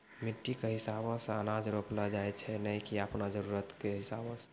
मिट्टी कॅ हिसाबो सॅ अनाज रोपलो जाय छै नै की आपनो जरुरत कॅ हिसाबो सॅ